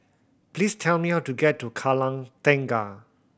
please tell me how to get to Kallang Tengah